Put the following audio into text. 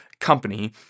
company